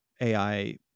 AI